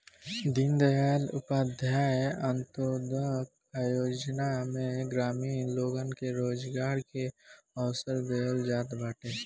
दीनदयाल उपाध्याय अन्त्योदय योजना में ग्रामीण लोगन के रोजगार के अवसर देहल जात बाटे